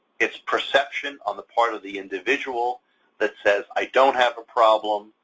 it's perception on the part of the individual that says, i don't have a problem,